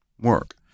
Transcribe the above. work